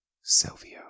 Silvio